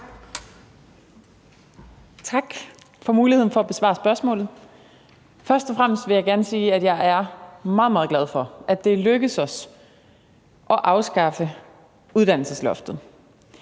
Tak for muligheden for at besvare spørgsmålet. Først og fremmest vil jeg gerne sige, at jeg er meget, meget glad for, at det lykkedes os at afskaffe uddannelsesloftet.